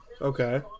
Okay